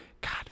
God